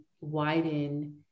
widen